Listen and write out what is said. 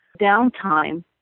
downtime